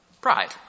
Pride